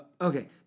Okay